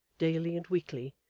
daily and weekly,